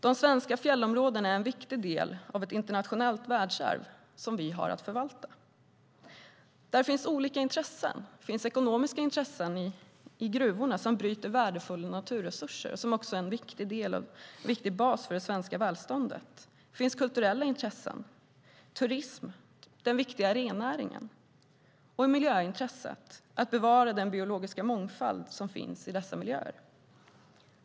De svenska fjällområdena är en viktig del av ett internationellt världsarv som vi har att förvalta. Där finns olika intressen, till exempel ekonomiska intressen i gruvor som bryter värdefulla naturresurser, en viktig bas för det svenska välståndet. Vidare finns kulturella intressen, turismen, den viktiga rennäringen och miljöintresset, att bevara den biologiska mångfald som finns i dessa miljöer.